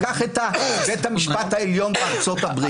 קח את בית המשפט העליון בארצות הברית.